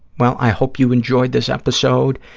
well, i hope you enjoyed this episode,